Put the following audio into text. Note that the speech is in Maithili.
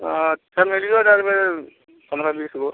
चमेलिओ दै देबै पनरह बीस गो